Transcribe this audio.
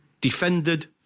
defended